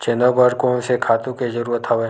चना बर कोन से खातु के जरूरत हवय?